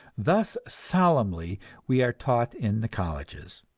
thus solemnly we are taught in the colleges.